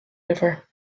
river